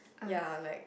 ya like